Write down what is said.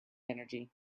energy